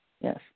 Yes